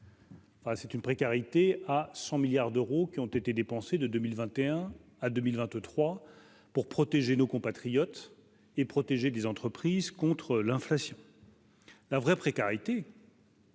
c'est une précarité à 100 milliards d'euros qui ont été dépensés de 2021 à 2023 pour protéger nos compatriotes et protéger les entreprises contre l'inflation. La vraie précarité.